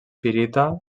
pirita